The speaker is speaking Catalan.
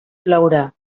plourà